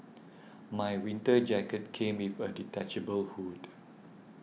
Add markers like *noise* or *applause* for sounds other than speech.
*noise* my winter jacket came with a detachable hood